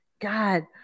God